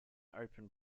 open